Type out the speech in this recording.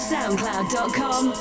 SoundCloud.com